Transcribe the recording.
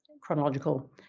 chronological